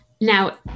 Now